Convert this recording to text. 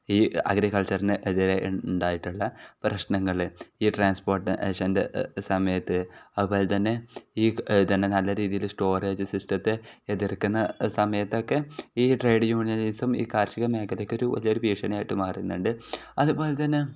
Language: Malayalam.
ഈ അഗ്രിക്കൾച്ചറിന് എതിരെ ഇ ഉണ്ടായിട്ടുള്ള പ്രശ്നങ്ങൾ ഈ ട്രാൻസ്പോർട്ടേഷൻ്റെ സമയത്ത് അതു പോലെ തന്നെ ഈ തന്നെ നല്ല രീതിയിൽ സ്റ്റോറേജ് സിസ്റ്റത്തെ എതിർക്കുന്ന സമയത്തൊക്കെ ഈ ട്രേഡ് യൂണിയനിസം ഈ കാർഷിക മേഘലക്കൊരു വലിയൊരു ഭീഷണിയായിട്ട് മാറുന്നുണ്ട് അതു പോലെ തന്നെ